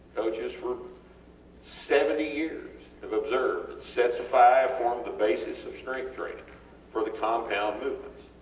coaches for seventy years have observed sets of five form the basis of strength training for the compound movements.